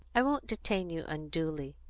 i won't detain you unduly,